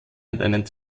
einen